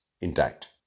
intact